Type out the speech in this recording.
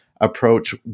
approach